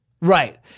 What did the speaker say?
right